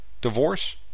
Divorce